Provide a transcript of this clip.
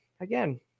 again